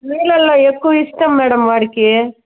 నీళ్ళల్లో ఎక్కువ ఇష్టం మేడం వాడికి